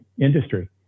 industry